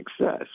success